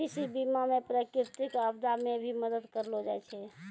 कृषि बीमा मे प्रकृतिक आपदा मे भी मदद करलो जाय छै